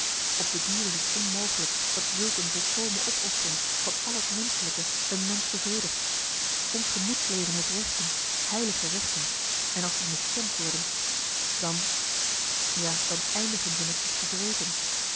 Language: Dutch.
op de duur is t onmogelijk dat zulk een volkomen opoffering van al het menschelijke een mensch bevredigt ons gemoedsleven heeft rechten marcellus emants een nagelaten bekentenis heilige rechten en als die miskend worden dan ja dan eindigen ze met zich te wreken